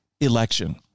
Election